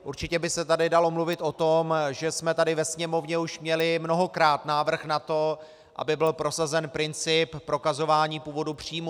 Určitě by se tady dalo mluvit o tom, že jsme tady ve Sněmovně už měli mnohokrát návrh na to, aby byl prosazen princip prokazování původu příjmů.